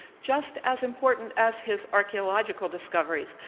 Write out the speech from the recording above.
just as important as his archaeological discoveries,